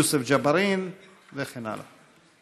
יוסף ג'בארין וכן הלאה.